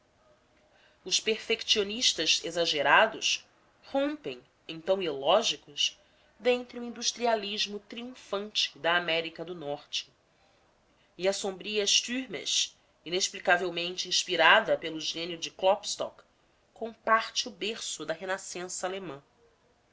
os perfectionistas exagerados rompem então ilógicos dentre o industrialismo triunfante da américa do norte e a sombria stürmisch inexplicavelmente inspirada pelo gênio de klopstock comparte o berço da renascença alemã